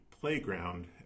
playground